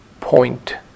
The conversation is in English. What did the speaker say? point